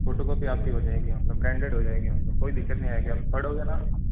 photocopy आपकी हो जाएगी मतलब ब्रैंडेड हो जाएगी मतलब कोई दिक्कत नहीं आएगी आपको पढ़ोगेना